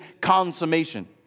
consummation